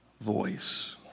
voice